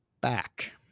back